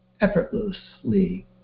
effortlessly